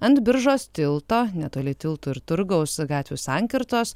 ant biržos tilto netoli tiltų ir turgaus gatvių sankirtos